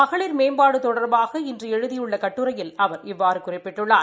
மகளிர் மேம்பாடு தொடர்பாக இன்று எழுதியுள்ள கட்டுரையில் அவர் இவ்வாறு குறிப்பிட்டுள்ளார்